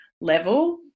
level